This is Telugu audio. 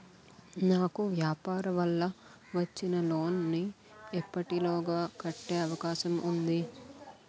నాకు వ్యాపార వల్ల వచ్చిన లోన్ నీ ఎప్పటిలోగా కట్టే అవకాశం ఉంది?